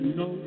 no